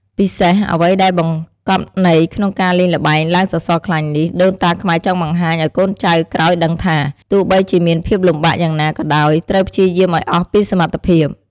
ពិសេសអ្វីដែលបង្គប់ន័យក្នុងការលេងល្បែងឡើងសសរខ្លាញ់នេះ ដូនតាខ្មែរចង់បង្ហាញឲ្យកូនចៅក្រោយដឹងថា ទោះបីជាមានភាពលំបាកយ៉ាងណាក៏ដោយត្រូវព្យាយាមឲ្យអស់ពីសមត្ថភាព។